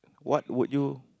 what would you